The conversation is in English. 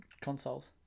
consoles